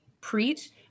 preach